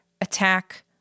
attack